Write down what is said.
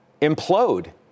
implode